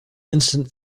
instant